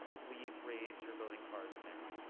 please raise your voting cards now.